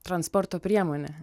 transporto priemonė